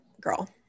girl